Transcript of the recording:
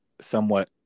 somewhat